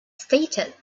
stated